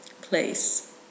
place